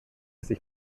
sich